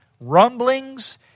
rumblings